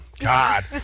God